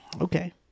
okay